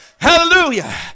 hallelujah